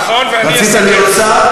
נכון, ואני אסכם.